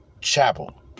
Chapel